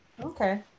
Okay